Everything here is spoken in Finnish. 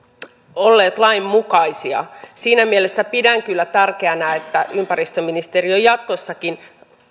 olleet lain mukaisia siinä mielessä pidän kyllä tärkeänä että ympäristöministeriö jatkossakin